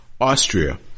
Austria